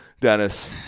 Dennis